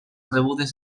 rebudes